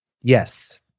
Yes